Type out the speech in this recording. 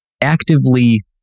actively